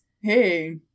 Hey